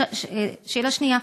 2. שאלה שנייה,